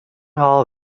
hall